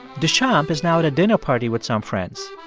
deschamps is now at a dinner party with some friends.